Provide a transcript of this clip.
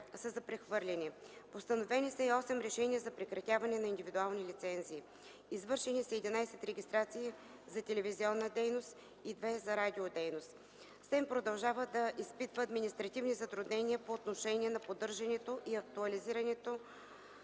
са за прехвърляне. Постановени са и 8 решения за прекратяване на индивидуални лицензии. Извършени са 11 регистрации за телевизионна дейност и 2 за радиодейност. СЕМ продължава да изпитва административни затруднения по отношение на поддържането и актуализирането